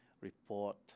report